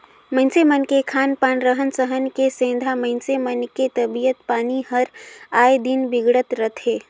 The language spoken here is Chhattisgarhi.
मइनसे मन के खान पान, रहन सहन के सेंधा मइनसे मन के तबियत पानी हर आय दिन बिगड़त रथे